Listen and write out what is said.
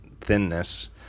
thinness